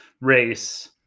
race